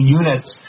units